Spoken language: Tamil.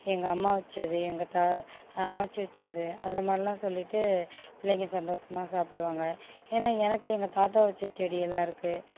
எங்கள் அம்மா வச்சது எங்கள் தா எங்கள் அம்மாச்சி வச்சது அதுமாதிரிலாம் சொல்லிவிட்டு பிள்ளைங்கள் சந்தோசமாக சாப்பிடுவாங்க ஏன்னா எனக்கு எங்கள் தாத்தா வச்ச செடி எல்லாம் இருக்கும்